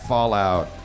Fallout